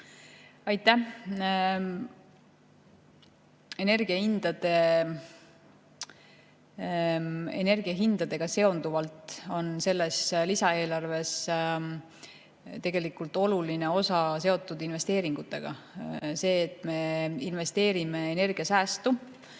Aitäh! Energiahindadega seonduvalt on sellest lisaeelarvest tegelikult oluline osa seotud investeeringutega. See, et me investeerime energiasäästu,